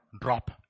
drop